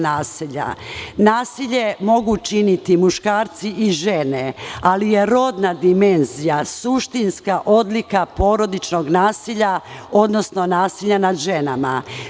Nasilje mogu učiniti muškarci i žene, ali je rodna dimenzija suštinska odlika porodičnog nasilja, odnosno nasilja nad ženama.